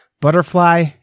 butterfly